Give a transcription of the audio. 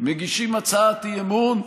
מגישים הצעת אי-אמון,